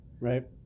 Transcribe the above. Right